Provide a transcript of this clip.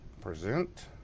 Present